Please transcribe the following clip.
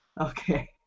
Okay